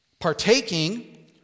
Partaking